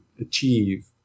achieve